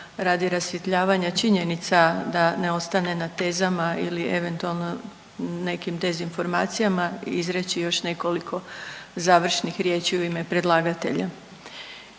radi rasvjetljavanja činjenica da ne ostane na tezama ili eventualno nekim dezinformacijama izreći još nekoliko završnih riječi u ime predlagatelja.